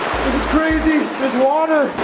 crazy! there's water!